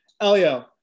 Elio